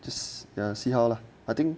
just yah see how lah I think